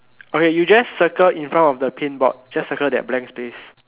okay you just circle in front of the paint board just circle the blank space